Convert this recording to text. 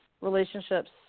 relationships